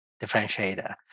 differentiator